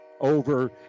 over